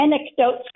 anecdotes